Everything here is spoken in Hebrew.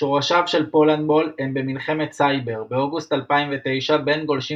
שורשיו של "פולנדבול" הם ב"מלחמת סייבר" באוגוסט 2009 בין גולשים